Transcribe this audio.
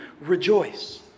rejoice